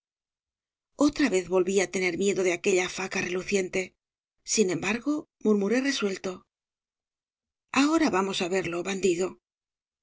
otra vez volví á tener miedo de aquella faca reluciente sin embargo murmuré resuelto ahora vamos á verlo bandidol